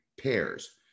pairs